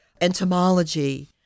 Entomology